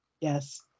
yes